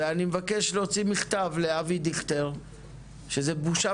ואני מבקש להוציא מכתב לאבי דיכטר שזו בושה